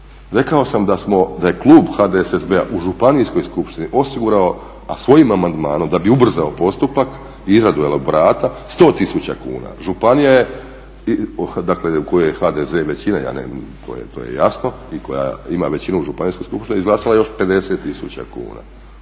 rekao sam da je klub HDSSB-a u županijskoj skupštini osigurao, a svojim amandmanom da bi ubrzao postupak i izradu elaborata 100 tisuća kuna. županija je u kojoj je HDZ većina to je jasno i koja ima većinu u županijskoj skupštini izglasala je još 50 tisuća